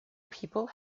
people